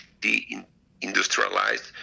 de-industrialized